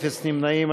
אפס נמנעים.